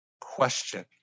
question